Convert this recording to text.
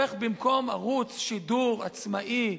במקום ערוץ שידור עצמאי,